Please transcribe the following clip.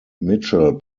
mitchell